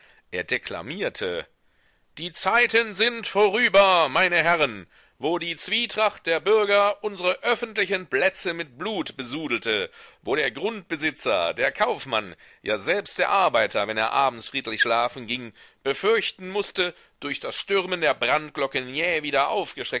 er deklamierte die zeiten sind vorüber meine herren wo die zwietracht der bürger unsre öffentlichen plätze mit blut besudelte wo der grundbesitzer der kaufmann ja selbst der arbeiter wenn er abends friedlich schlafen ging befürchten mußte durch das stürmen der brandglocken jäh wieder